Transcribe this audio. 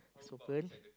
is open